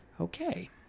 Okay